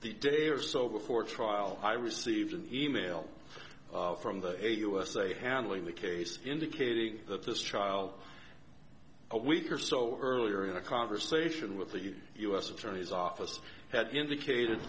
the day or so before trial i received an e mail from the u s they handling the case indicating that this child a week or so earlier in a conversation with the u s attorney's office had indicated